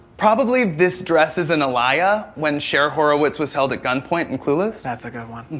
probably, this dress is an alaia. when cher horowitz was held at gunpoint in clueless. that's a good one.